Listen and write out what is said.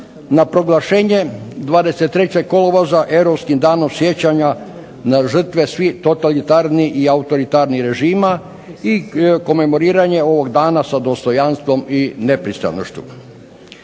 na proglašenje 23. kolovoza Europskim danom sjećanja na žrtve svih totalitarnih i autoritarnih režima i komemoriranje ovog dana sa dostojanstvom i nepristranošću.